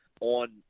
on